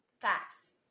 Facts